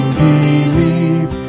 believe